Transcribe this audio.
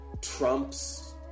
trumps